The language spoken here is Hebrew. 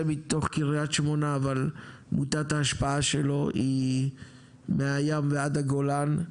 מתוך קריית שמונה אבל מיטת ההשפעה שלו היא מהים ועד הגולן,